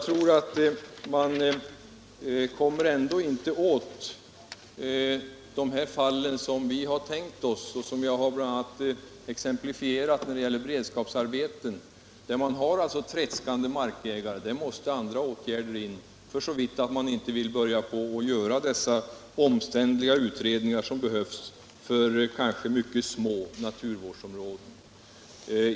Men man kommer ändå inte åt de fall jag har tänkt på och som jag har exemplifierat när det gäller beredskapsarbeten — fall alltså med tredskande markägare. Det måste andra åtgärder till, såvida man inte vill börja göra de omständliga utredningar som behövs för kanske mycket små naturvårdsområden.